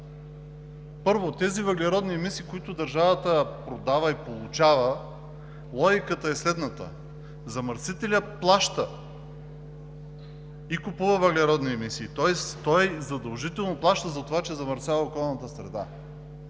Първо, за тези въглеродни емисии, които държавата продава и получава, логиката е следната: замърсителят плаща и купува въглеродни емисии – тоест той задължително плаща за това, че замърсява околната среда.